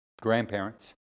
grandparents